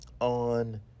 on